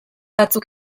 batzuk